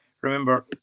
remember